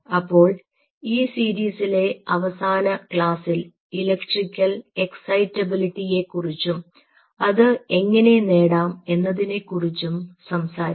അപ്പോൾ ഈ സീരീസിലെ അവസാന ക്ലാസ്സിൽ ഇലക്ട്രിക്കൽ എക്സൈറ്റബിലിറ്റി യെക്കുറിച്ചും അത് എങ്ങനെ നേടാം എന്നതിനെക്കുറിച്ചും സംസാരിക്കാം